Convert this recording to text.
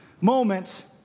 moment